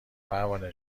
پروانه